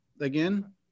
again